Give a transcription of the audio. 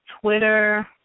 Twitter